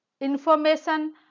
information